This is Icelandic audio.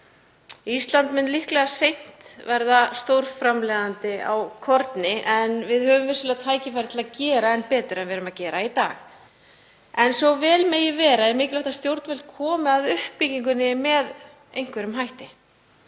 Ísland mun líklega seint verða stórframleiðandi á korni en við höfum vissulega tækifæri til að gera enn betur en við gerum í dag en til þess að vel megi vera er mikilvægt að stjórnvöld komi að uppbyggingunni með einhverjum hætti.